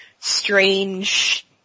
strange